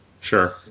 Sure